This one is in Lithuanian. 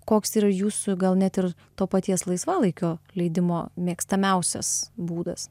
koks yra jūsų gal net ir to paties laisvalaikio leidimo mėgstamiausias būdas